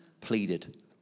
pleaded